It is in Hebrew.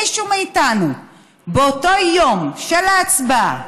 אבל האם מישהו מאיתנו באותו יום של ההצבעה,